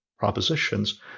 Propositions